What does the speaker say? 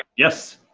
yes!